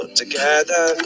together